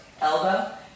elbow